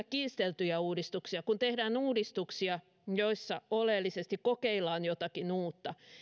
kiisteltyjä uudistuksia kun tehdään uudistuksia joissa oleellisesti kokeillaan jotakin uutta